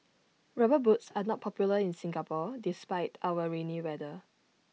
rubber boots are not popular in Singapore despite our rainy weather